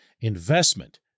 investment